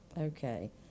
Okay